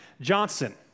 Johnson